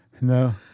No